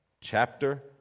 chapter